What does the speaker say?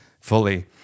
fully